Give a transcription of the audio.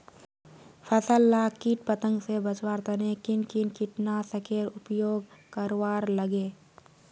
फसल लाक किट पतंग से बचवार तने किन किन कीटनाशकेर उपयोग करवार लगे?